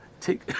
Take